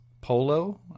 polo